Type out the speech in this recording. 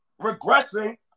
regressing